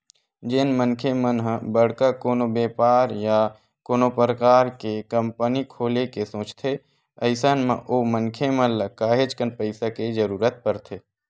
जेन मनखे मन ह बड़का कोनो बेपार या कोनो परकार के कंपनी खोले के सोचथे अइसन म ओ मनखे मन ल काहेच कन पइसा के जरुरत परथे